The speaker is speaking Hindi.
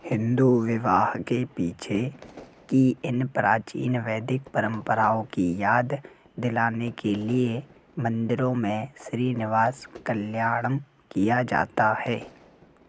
हिंदू विवाह के पीछे की इन प्राचीन वैदिक परंपराओं की याद दिलाने के लिए मंदिरों में श्रीनिवास कल्याणम किया जाता है